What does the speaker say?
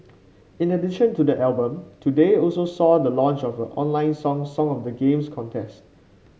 in addition to the album today also saw the launch of online Song Song of the Games contest